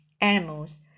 animals